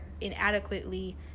inadequately